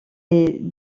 est